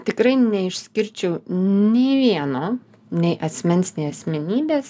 tikrai neišskirčiu nė vieno nei asmens nei asmenybės